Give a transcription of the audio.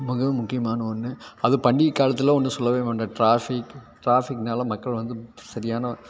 மிக முக்கியமான ஒன்று அது பண்டிகை காலத்தில் ஒன்றும் சொல்லவே வேண்டாம் டிராஃபிக் டிராஃபிக்னால் மக்கள் வந்து சரியான